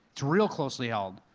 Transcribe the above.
it's real closely held,